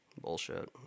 bullshit